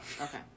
okay